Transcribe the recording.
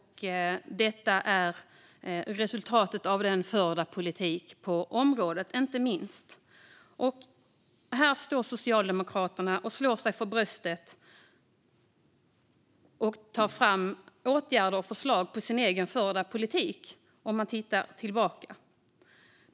Detta är inte minst resultatet av den förda politiken på området. Här står Socialdemokraterna och slår sig för bröstet och tar fram åtgärder och förslag mot sin egen förda politik, om man tittar tillbaka.